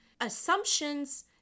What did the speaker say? assumptions